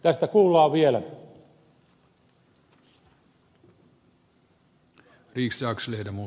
tästä kuullaan vielä